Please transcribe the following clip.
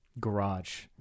garage